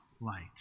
light